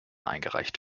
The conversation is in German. eingereicht